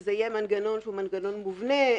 זה יהיה מנגנון מובנה,